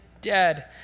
dead